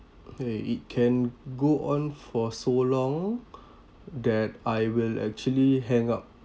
okay it can go on for so long that I will actually hang up